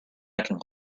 vacuum